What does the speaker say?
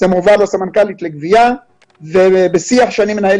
זה מועבר לסמנכ"לית לגבייה ובשיח שאני מנהל